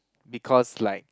because like